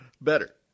Better